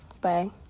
bye